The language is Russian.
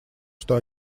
что